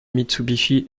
mitsubishi